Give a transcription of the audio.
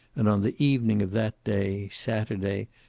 and on the evening of that day, saturday,